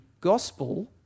gospel